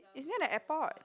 it's near the airport